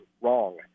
wrong